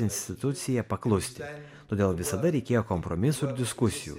instituciją paklusti todėl visada reikėjo kompromisų ir diskusijų